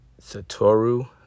Satoru